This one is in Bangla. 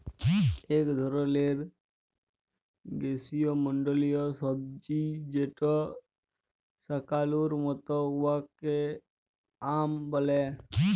ইক ধরলের গিস্যমল্ডলীয় সবজি যেট শাকালুর মত উয়াকে য়াম ব্যলে